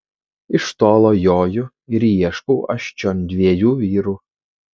iš tolo joju ir ieškau aš čion dviejų vyrų